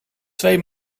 twee